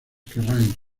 kerrang